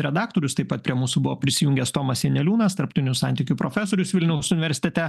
redaktorius taip pat prie mūsų buvo prisijungęs tomas janeliūnas tarptautinių santykių profesorius vilniaus universitete